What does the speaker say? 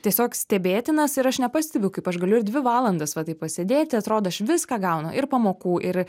tiesiog stebėtinas ir aš nepastebiu kaip aš galiu ir dvi valandas va taip pasėdėti atrodo aš viską gauna ir pamokų ir